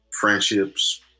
friendships